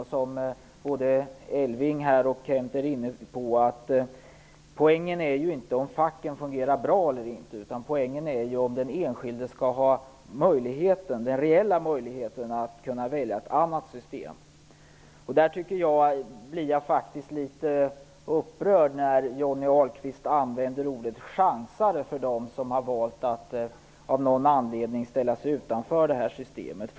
Som både Elving Andersson och Kent Olsson pekar på är poängen inte huruvida facken fungerar bra eller inte utan huruvida den enskilde skall ha den reella möjligheten att välja ett annat system. Jag blir faktiskt litet upprörd när Johnny Ahlqvist använder ordet "chansar" när han talar om dem som av någon anledning valt att ställa sig utanför systemet.